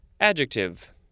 Adjective